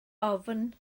ofn